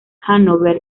hannover